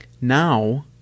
Now